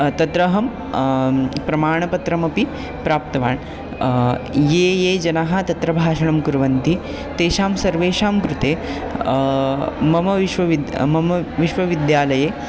तत्र अहं प्रमाणपत्रमपि प्राप्तवान् ये ये जनाः तत्र भाषणं कुर्वन्ति तेषां सर्वेषां कृते मम विश्वविद्या मम विश्वविद्यालये